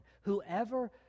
whoever